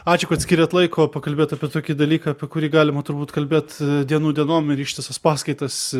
ačiū kad skyrėt laiko pakalbėt apie tokį dalyką apie kurį galima turbūt kalbėt dienų dienom ir ištisas paskaitas